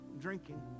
drinking